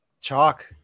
Chalk